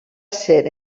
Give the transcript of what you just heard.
ser